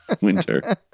Winter